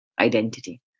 identity